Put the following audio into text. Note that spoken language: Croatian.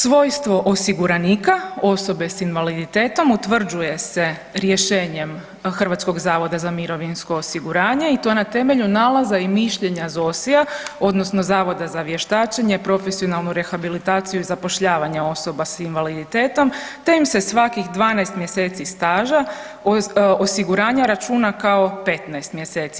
Svojstvo osiguranika osobe sa invaliditetom utvrđuje se rješenjem Hrvatskog zavoda za mirovinsko osiguranje i to na temelju nalaza i mišljenja ZOSI-a odnosno Zavoda za vještačenje, profesionalnu rehabilitaciju i zapošljavanje osoba sa invaliditetom te im se svakih 12 mjeseci staža osiguranja računa kao 15 mjeseci.